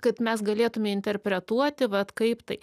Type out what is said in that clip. kad mes galėtume interpretuoti vat kaip tai